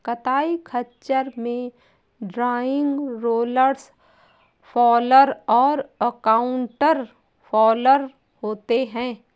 कताई खच्चर में ड्रॉइंग, रोलर्स फॉलर और काउंटर फॉलर होते हैं